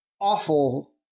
awful